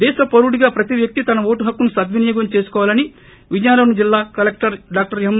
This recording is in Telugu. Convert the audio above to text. దేశ పౌరుడిగా ప్రతి వ్యక్తి తన ఓటు హక్కును సద్వినియోగం చేసుకోవాలని విజయనగరం జిల్లా కలెక్లర్ డాక్టర్ ఎం